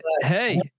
Hey